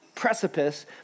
precipice